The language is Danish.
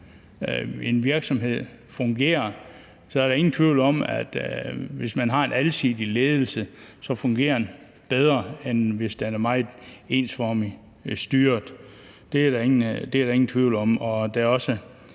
en virksomhed fungerer, er der ingen tvivl om, at hvis man har en alsidig ledelse, fungerer den bedre, end hvis den er meget ensformigt styret. Det er der ingen tvivl om.